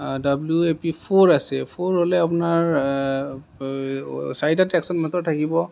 W A P four আছে four হ'লে আপোনাৰ চাৰিটা টেকছন মটৰ থাকিব